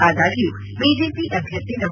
ಆದಾಗ್ಯೂ ಬಿಜೆಪಿ ಅಭ್ಯರ್ಥಿ ಡಾ